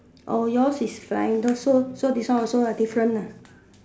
oh yours is flying also so this one also ah different ah